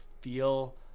feel